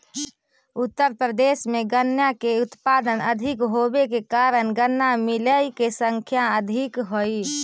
उत्तर प्रदेश में गन्ना के उत्पादन अधिक होवे के कारण गन्ना मिलऽ के संख्या अधिक हई